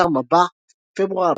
אתר מב"ע,